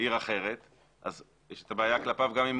בעיר אחרת אז יש את הבעיה כלפיו גם אם